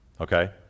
Okay